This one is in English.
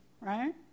Right